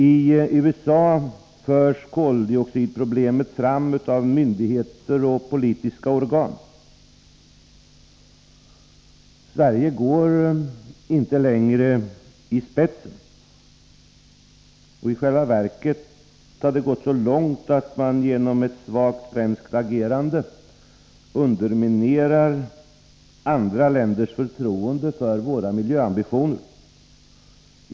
I USA förs koldioxidproblemet fram av myndigheter och politiska organ. Sverige går inte längre i spetsen. I själva verket har det gått så långt att man genom svagt svenskt agerande underminerar andra länders förtroende för våra miljöambitioner.